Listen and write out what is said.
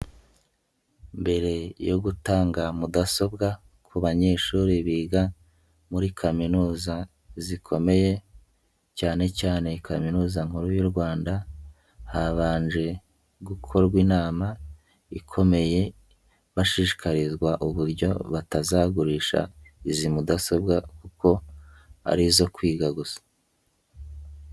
Mbere yo gutanga mudasobwa ku banyeshuri biga muri kaminuza zikomeye cyane cyane Kaminuza nkuru y'u Rwanda habanje gukorwa inama ikomeye bashishikarizwa uburyo batazagurisha izi mudasobwa kuko ari izo kwiga gusa.